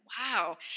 Wow